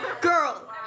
Girl